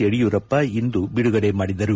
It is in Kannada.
ಯಡಿಯೂರಪ್ಪ ಇಂದು ಬಿಡುಗಡೆ ಮಾಡಿದರು